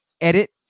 edit